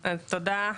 תודה.